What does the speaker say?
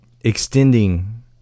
extending